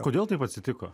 kodėl taip atsitiko